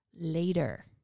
later